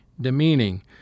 demeaning